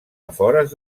afores